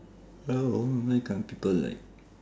ya lor why can't people like